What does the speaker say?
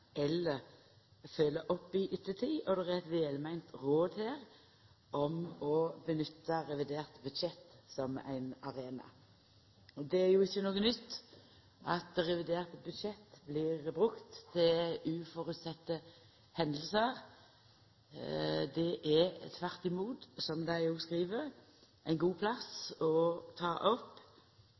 eller følgjer opp i ettertid, og det er eit velmeint råd her om å nytta revidert budsjett som ein arena. Det er ikkje noko nytt at revidert budsjett blir brukt til uføreseielege hendingar. Det er tvert imot, som dei òg skriv, ein god plass å ta opp